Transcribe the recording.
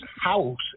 house